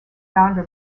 founder